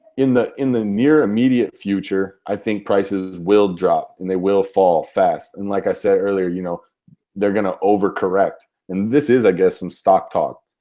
in the in the near immediate future, i think prices will drop and they will fall fast. and like i said earlier you know they're going to overcorrect and this is i guess some stock talk.